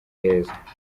heza